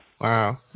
Wow